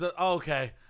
Okay